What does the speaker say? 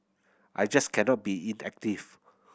I just cannot be inactive